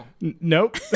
Nope